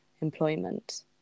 employment